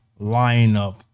lineup